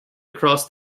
across